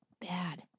Bad